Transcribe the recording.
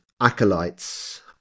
acolytes